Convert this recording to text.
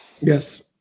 Yes